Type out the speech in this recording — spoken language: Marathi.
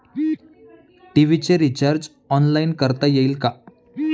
टी.व्ही चे रिर्चाज ऑनलाइन करता येईल का?